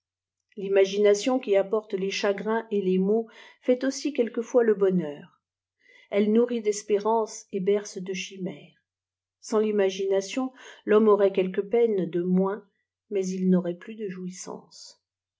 l'imagination qui apporte e chagrin et ifs maux fait aussi quelquefois le nonheur elle nourrit d espér uxces et berce de chimères sans timagiiiation l'homme anrait quelques peines de moins mais il n'aurait plus de jouissances